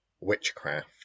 witchcraft